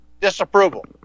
disapproval